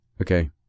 Okay